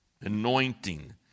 anointing